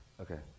Okay